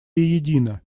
едина